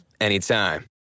anytime